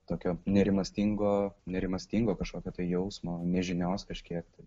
tokio nerimastingo nerimastingo kažkokio tai jausmo nežinios kažkiek tai